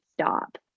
stop